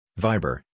Viber